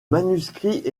manuscrit